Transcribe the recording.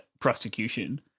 prosecution